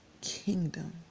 kingdom